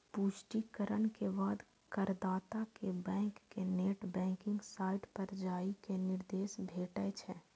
पुष्टिकरण के बाद करदाता कें बैंक के नेट बैंकिंग साइट पर जाइ के निर्देश भेटै छै